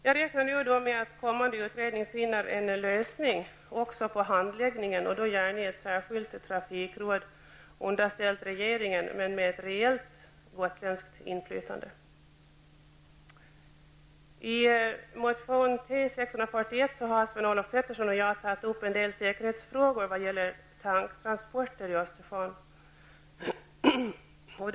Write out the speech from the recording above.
Jag räknar nu med att kommande utredning finner en lösning också i fråga om handläggningen och då gärna i ett särskilt trafikråd, underställt regeringen men med ett reellt gotländskt inflytande. I motion T641 har Sven-Olof Petersson och jag tagit upp en del säkerhetsfrågor vad gäller tanktransporter i Östersjön.